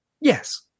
Yes